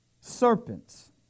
serpents